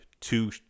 two